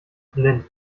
blind